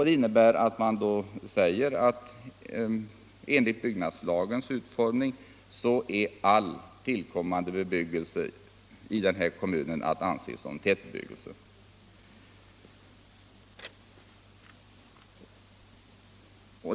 Det innebär att länsstyrelsen uttalar att enligt byggnadslagens mening är all tillkommande bebyggelse i den här kommunen att anse som tätbebyggelse.